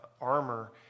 armor